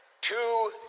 Two